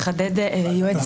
של